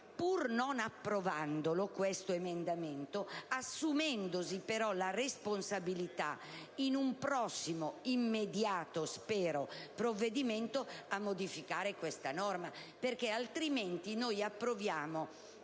pur non approvandolo, su questo emendamento, assumendosi però la responsabilità in un prossimo - immediato, spero - provvedimento di modificare questa norma. Altrimenti, noi approviamo